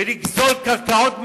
ולגזול קרקעות מדינה,